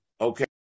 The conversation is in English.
Okay